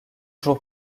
jours